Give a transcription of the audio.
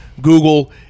Google